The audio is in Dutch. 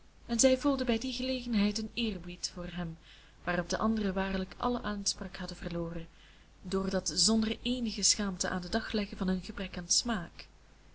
en zij voelde bij die gelegenheid een eerbied voor hem waarop de anderen waarlijk alle aanspraak hadden verloren door dat zonder eenige schaamte aan den dag leggen van hun gebrek aan smaak